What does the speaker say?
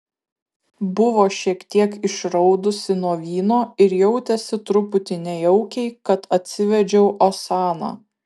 buvo šiek tiek išraudusi nuo vyno ir jautėsi truputį nejaukiai kad atsivedžiau osaną